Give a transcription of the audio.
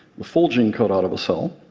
the full gene code out of a cell